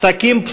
פתקים לבנים,